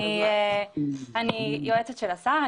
אני יועצת של השר,